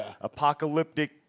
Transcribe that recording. apocalyptic